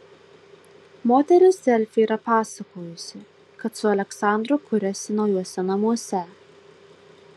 moteris delfi yra pasakojusi kad su aleksandru kuriasi naujuose namuose